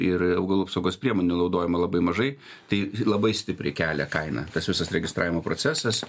ir augalų apsaugos priemonių naudojama labai mažai tai labai stipriai kelia kainą tas visas registravimo procesas